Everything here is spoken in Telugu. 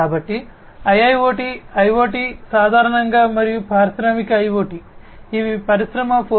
కాబట్టి IIoT IoT సాధారణంగా మరియు పారిశ్రామిక IoT ఇవి పరిశ్రమ 4